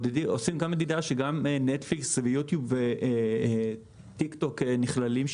עושים מדידה שגם Netflix ו-YouTube ו-tiktok נכללים שם.